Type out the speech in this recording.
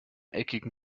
eckigen